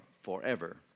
forever